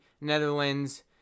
Netherlands